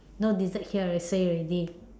no dessert here I say already